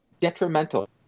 detrimental